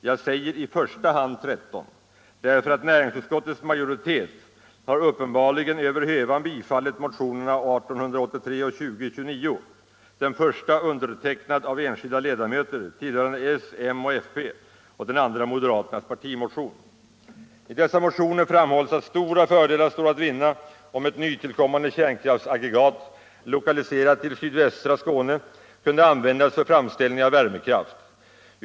Jag säger i första hand 13, därför att näringsutskottets majoritet — m och s — uppenbarligen har över hövan biträtt motionerna 1883 och 2029, den första undertecknad av enskilda ledamöter tillhörande s, m och fp och den andra moderaternas partimotion. I dessa motioner framhålls att stora fördelar står att vinna om ett nytillkommande kärnkraftsaggregat lokaliserat till sydvästra Skåne kunde användas för framställning av värmekraft.